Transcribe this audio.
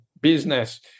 business